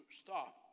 stop